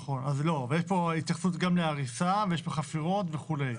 יש פה התייחסות גם להריסה ויש פה חפירות וכו'.